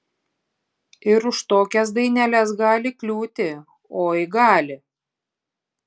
ir už tokias daineles gali kliūti oi gali